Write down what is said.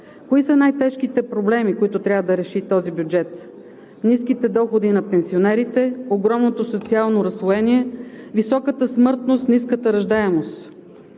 Кои са най-тежките проблеми, които трябва да реши този бюджет? Ниските доходи на пенсионерите, огромното социално разслоение, високата смъртност, ниската раждаемост.